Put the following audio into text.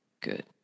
Good